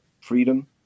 freedom